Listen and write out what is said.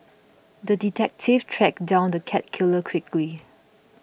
the detective tracked down the cat killer quickly